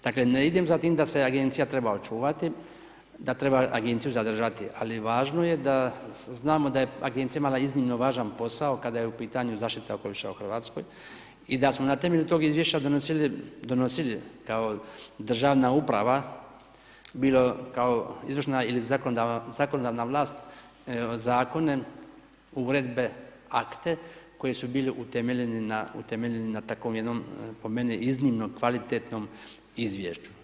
Dakle ne idem za tim da se agencija mora očuvati, da treba agenciju zadržati ali važno je da znamo da je agencija imala iznimno važan posao kada je u pitanju zaštita okoliša u Hrvatskoj i da smo na temelju tog izvješća donosili kao državna uprava bilo kao izvršna ili zakonodavna vlast zakone, uredbe, akte koji su bili utemeljeni na, utemeljeni na takvom jednom po meni iznimno kvalitetnom izvješću.